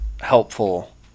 helpful